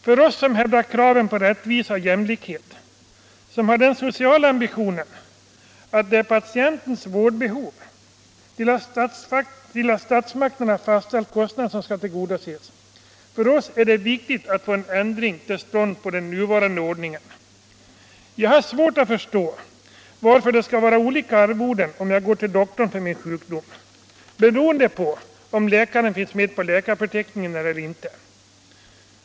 För oss som ställer I krav på rättvisa och jämlikhet, som har den sociala ambitionen att pa = Rätt för offentligt tientens vårdbehov skall tillgodoses till av statsmakterna fastställd kost — anställd läkare med nad, är det viktigt att få till stånd en ändring av den nuvarande ordningen. = privatpraktik att Jag har svårt att förstå varför jag, när jag går till doktorn för min = ansluta sig till sjukdom, skall betala olika stora arvoden beroende på om läkaren finns = sjukförsäkringen med på läkarförteckningen eller inte.